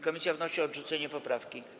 Komisja wnosi o odrzucenie poprawki.